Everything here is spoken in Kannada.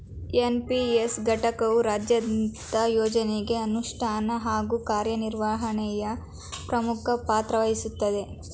ಎನ್.ಪಿ.ಎಸ್ ಘಟಕವು ರಾಜ್ಯದಂತ ಯೋಜ್ನಗೆ ಅನುಷ್ಠಾನ ಹಾಗೂ ಕಾರ್ಯನಿರ್ವಹಣೆಯ ಪ್ರಮುಖ ಪಾತ್ರವಹಿಸುತ್ತದೆ